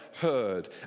heard